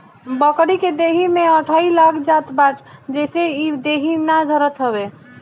बकरी के देहि में अठइ लाग जात बा जेसे इ देहि ना धरत हवे